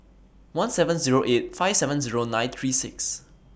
one seven Zero eight five seven Zero nine three six